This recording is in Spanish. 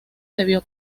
debió